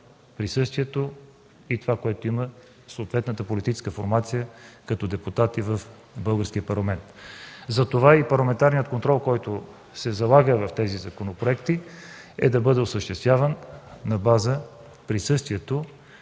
присъствието и това, което има съответната политическа формация като депутати в Българския парламент. Затова парламентарният контрол, който се залага в тези законопроекти, е да бъде осъществяван на базата на присъствието,